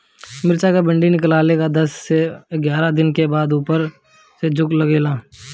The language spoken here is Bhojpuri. मिरचा क डिभी निकलले के दस से एग्यारह दिन बाद उपर से झुके लागेला?